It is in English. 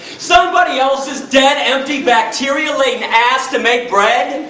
somebody else's dead empty bacteria-laden ass to make bread!